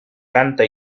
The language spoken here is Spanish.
canta